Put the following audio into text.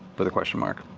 with a question mark.